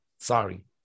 Sorry